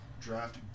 draft